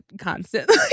constantly